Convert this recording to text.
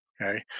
Okay